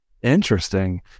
Interesting